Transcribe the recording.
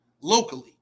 locally